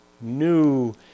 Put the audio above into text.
new